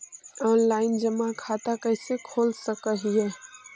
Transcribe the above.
Online जमा खाता कैसे खोल सक हिय?